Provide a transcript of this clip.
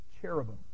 cherubim